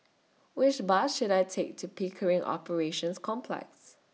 Which Bus should I Take to Pickering Operations Complex